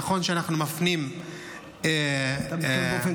נכון שאנחנו מפנים --- אתה מדבר באופן